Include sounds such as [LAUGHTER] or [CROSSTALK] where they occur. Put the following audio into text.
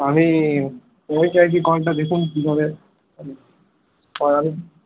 আমি [UNINTELLIGIBLE] দেখুন কীভাবে [UNINTELLIGIBLE]